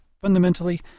Fundamentally